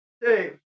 Dave